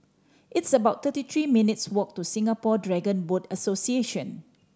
it's about thirty three minutes' walk to Singapore Dragon Boat Association